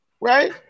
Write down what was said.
Right